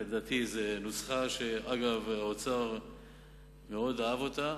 ולדעתי זו נוסחה, אגב, האוצר מאוד אהב אותה,